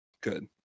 Good